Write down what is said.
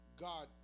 God